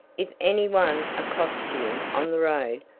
if any one accosts you on the road,